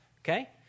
Okay